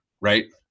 right